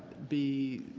be